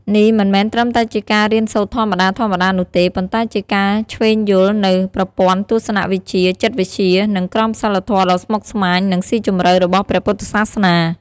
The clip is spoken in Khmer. នេះមិនមែនត្រឹមតែជាការរៀនសូត្រធម្មតាៗនោះទេ ប៉ុន្តែជាការឈ្វេងយល់នូវប្រព័ន្ធទស្សនវិជ្ជា ចិត្តវិទ្យា និងក្រមសីលធម៌ដ៏ស្មុគស្មាញ និងស៊ីជម្រៅរបស់ព្រះពុទ្ធសាសនា។